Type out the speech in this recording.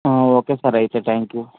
okay sir అయితే thank you